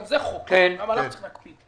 גם זה חוק וגם עליו צריך להקפיד.